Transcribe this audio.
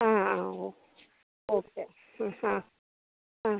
ആ ആ ഓ ഓക്കെ ആ ആ